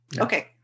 Okay